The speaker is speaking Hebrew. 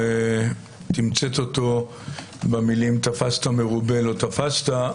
תמצת אותו במילים תפסת מרובה - לא תפסת.